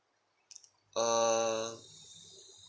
uh